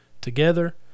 together